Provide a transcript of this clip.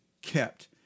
Kept